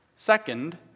Second